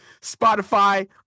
Spotify